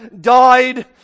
died